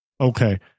Okay